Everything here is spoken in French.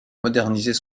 moderniser